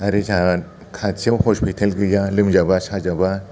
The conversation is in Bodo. आरो जोंहा खाथियाव हस्पिटाल गैया लोमजाबा साजाबा